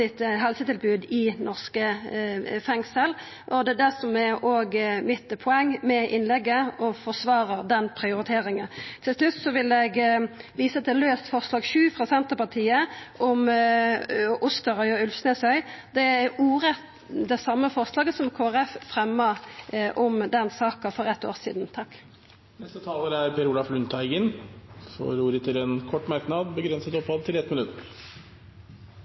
til kommunehelsetenesta i norske fengsel. Det var det som var poenget mitt med innlegget: å forsvara den prioriteringa. Til slutt vil eg visa til laust forslag nr. 7, frå Senterpartiet, om Osterøy og Ulvsnesøy. Det er ordrett det same forslaget som Kristeleg Folkeparti fremja om den saka for eitt år sidan. Representanten Per Olaf Lundteigen har hatt ordet to ganger tidligere og får ordet til en kort merknad, begrenset til 1 minutt.